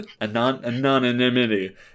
anonymity